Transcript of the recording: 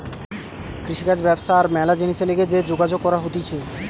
কৃষিকাজ ব্যবসা আর ম্যালা জিনিসের লিগে যে যোগাযোগ করা হতিছে